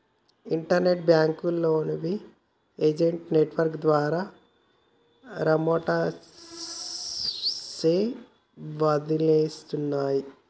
internet బ్యేంకులనేవి agent network ద్వారా రిమోట్గా సేవలనందిస్తన్నయ్